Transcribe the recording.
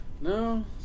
No